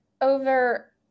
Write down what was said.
over